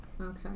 okay